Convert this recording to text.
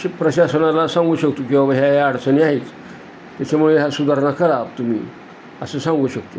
अ प्रशासनाला सांगू शकतो की बाबा ह्या या अडचणी आहेत त्याच्यामुळे ह्या सुधारणा करा तुम्ही असं सांगू शकतो